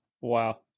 Wow